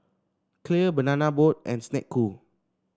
Clear Banana Boat and Snek Ku